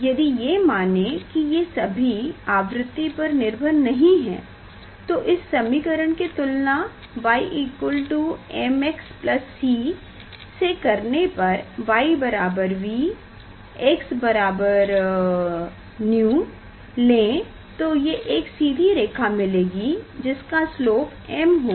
यदि ये माने की ये सभी आवृति पर निर्भर नहीं हैं तो इस समीकरण की तुलना ymx c से करने पर y बराबर V x बराबर 𝛎 लें तो ये एक सीधी रेखा मिलेगी जिसका स्लोप m होगा